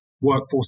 workforce